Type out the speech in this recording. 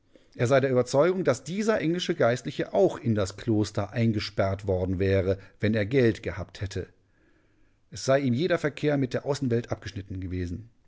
er sei der überzeugung daß dieser englische geistliche auch in das kloster eingesperrt worden wäre wenn er geld gehabt hätte es sei ihm jeder verkehr mit der außenwelt abgeschnitten gewesen